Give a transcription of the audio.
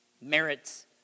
merits